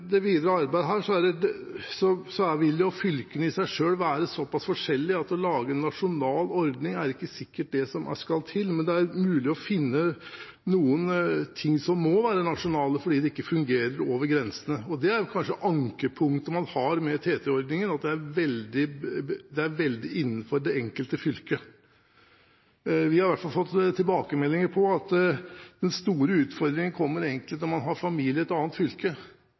det videre arbeidet her, vil fylkene i seg selv være såpass forskjellige at å lage en nasjonal ordning, ikke sikkert er det som skal til. Men det er mulig å finne noen ting som må være nasjonale, fordi det ikke fungerer over grensene. Det er kanskje ankepunktet man har med TT-ordningen – at den gjelder veldig innenfor det enkelte fylke. Vi har i alle fall fått tilbakemeldinger om at den store utfordringen egentlig kommer når man har familie i et annet fylke